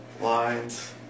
lines